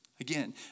Again